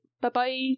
bye-bye